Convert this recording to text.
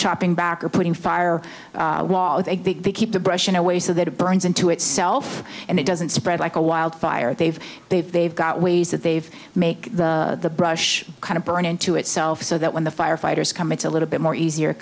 chopping back or putting fire wall with a big to keep the brush in a way so that it burns into itself and it doesn't spread like a wildfire they've they've they've got ways that they've make the brush kind of burn into itself so that when the firefighters come it's a little bit more easier